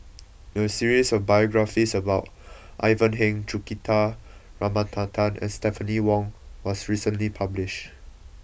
a series of biographies about Ivan Heng Juthika Ramanathan and Stephanie Wong was recently published